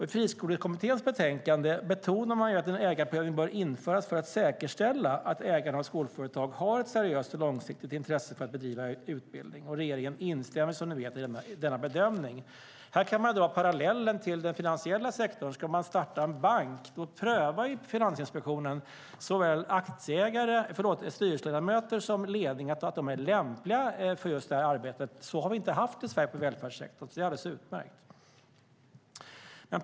I Friskolekommitténs betänkande betonar man att en ägarprövning bör införas för att säkerställa att ägarna av skolföretag har ett seriöst och långsiktigt intresse av att bedriva utbildning. Regeringen instämmer som ni vet i denna bedömning. Här kan man dra paralleller till den finansiella sektorn. Ska man starta en bank prövar Finansinspektionen såväl styrelseledamöter som ledningen, så att de är lämpliga för just det här arbetet. Så har vi inte haft det i välfärdssektorn i Sverige, så det är alldeles utmärkt om detta införs.